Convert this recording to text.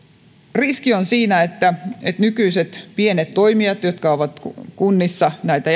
riski on siinä että nykyiset pienet toimijat jotka ovat kunnissa näitä